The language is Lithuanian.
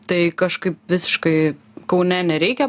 tai kažkaip visiškai kaune nereikia